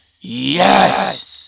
Yes